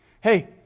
Hey